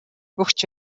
өгч